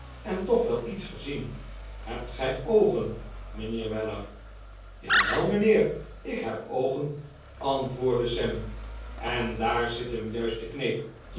en toch niets gezien hebt gij oogen mijnheer weller jawel mijnheer ik heb oogen antwoordde sam en daar zit hem juist de kneep